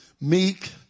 meek